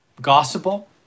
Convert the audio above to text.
gospel